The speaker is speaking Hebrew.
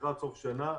לקראת סוף השנה,